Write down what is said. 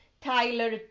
Tyler